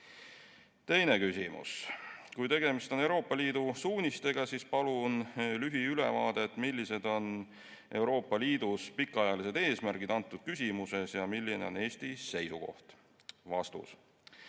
Teine küsimus: "Kui tegemist on Euroopa Liidu suunistega, siis palun lühiülevaadet, millised on Euroopa Liidus pikaajalised eesmärgid antud küsimuses ja milline on Eesti seisukoht?"